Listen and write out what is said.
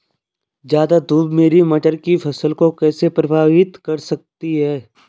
ज़्यादा धूप मेरी मटर की फसल को कैसे प्रभावित कर सकती है?